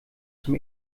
zum